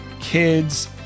kids